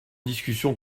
discussion